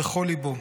בכל ליבו.